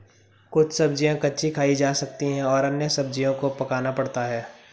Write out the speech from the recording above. कुछ सब्ज़ियाँ कच्ची खाई जा सकती हैं और अन्य सब्ज़ियों को पकाना पड़ता है